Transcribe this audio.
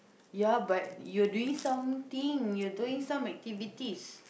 ya but you're doing some thing you're doing some activities